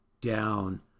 down